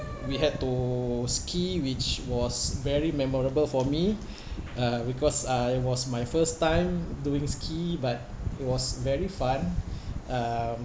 we had to ski which was very memorable for me uh because I was my first time doing ski but it was very fun um